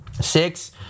Six